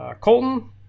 Colton